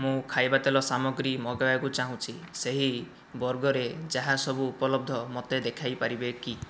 ମୁଁ ଖାଇବା ତେଲ ସାମଗ୍ରୀ ମଗାଇବାକୁ ଚାହୁଁଛି ସେହି ବର୍ଗରେ ଯାହା ସବୁ ଉପଲବ୍ଧ ମୋତେ ଦେଖାଇ ପାରିବେ କି